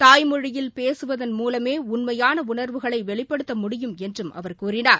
தாய்மொழியில் பேசுவதன் மூலமே உண்மையாள உணர்வுகளை வெளிப்படுத்த முடியும் என்றும் அவர் கூறினார்